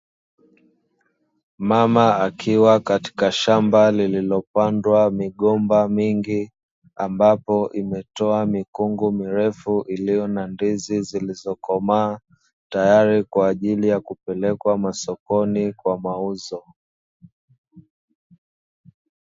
Mama akiwa katika shamba lililopandwa migomba mingi, ambapo imetoa mikungu mirefu iliyo na ndizi zilizokomaa, tayari kwa ajili ya kupelekwa masokoni kwa mauzo.